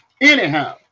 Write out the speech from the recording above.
Anyhow